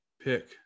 pick